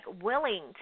willing